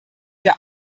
der